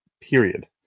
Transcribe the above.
period